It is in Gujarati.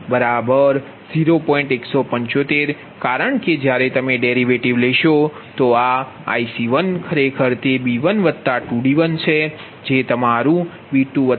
175 કારણ કે જ્યારે તમે ડેરિવેટિવ લેશો તો ખરેખર તે b12d1જે તમારુ b22d2 છે તેથી 2d10